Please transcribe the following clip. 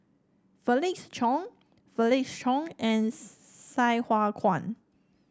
Felix Cheong Felix Cheong and Sai Hua Kuan